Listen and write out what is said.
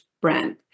brand